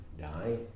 die